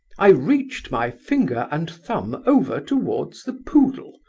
i reached my finger and thumb over towards the poodle,